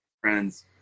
friends